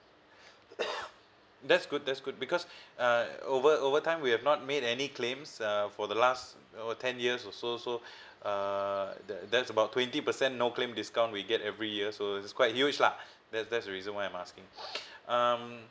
that's good that's good because uh over over time we have not made any claims uh for the last you know ten years or so so uh the that's about twenty percent no claim discount we get every year so is quite huge lah that that's the reason why I'm asking